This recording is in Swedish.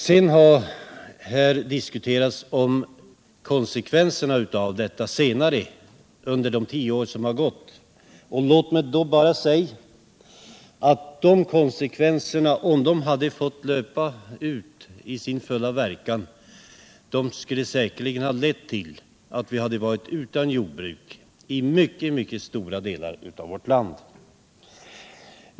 I dag har det diskuterats om konsekvenserna av denna politik under de tio år som förflutit. Låt mig då bara säga, att om den politiken tillåtits verka fullt ut, skulle vi säkerligen ha varit utan jordbruk i mycket stora delar av vårt land.